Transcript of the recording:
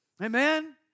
Amen